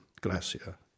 glacier